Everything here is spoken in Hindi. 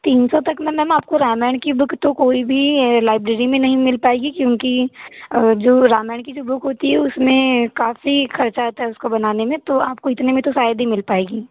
तीन सौ तक में आपको रामायण की बूक तो कोई भी लाइब्रेरी में नहीं मिल पाएगी क्योंकि जो रामायण की जो बूक होती है उसमें काफ़ी खर्चा होता है उसको बनाने में तो आपको इतने में तो शायद ही मिल पाएगी